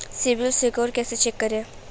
CIBIL score कैसे check करें?